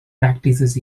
practices